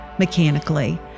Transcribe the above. mechanically